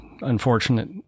unfortunate